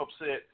upset